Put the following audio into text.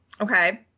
Okay